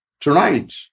tonight